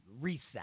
reset